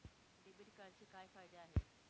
Debit कार्डचे काय फायदे आहेत?